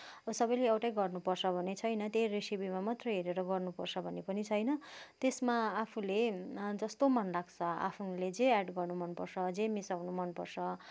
सबैले एउटै गर्नुपर्छ भन्ने छैन त्यही रेसिपीमा मात्र हेरेर गर्नुपर्छ भन्ने पनि छैन त्यसमा आफूले जस्तो मनलाग्छ आफूले जे एड गर्न मनपर्छ जे मिसाउन मनपर्छ